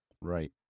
Right